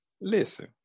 listen